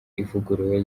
ivuguruye